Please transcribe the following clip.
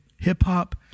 hip-hop